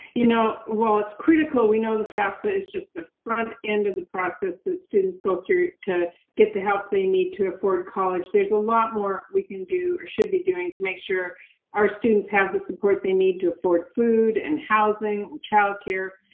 you know, well, it's critical, we know the fafsa is just the front end of the process that students go through to get the help they need to afford college. there's a lot more we can do or should be doing to make sure our students have the support they need to afford food and housing and childcare.